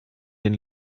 den